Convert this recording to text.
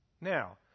Now